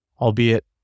albeit